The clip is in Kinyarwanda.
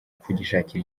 kugishakira